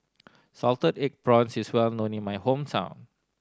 salted egg prawns is well known in my hometown